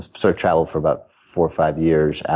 sort of traveled for about four or five years,